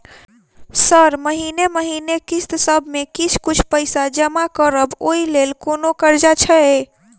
Sir महीने महीने किस्तसभ मे किछ कुछ पैसा जमा करब ओई लेल कोनो कर्जा छैय?